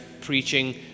preaching